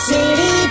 City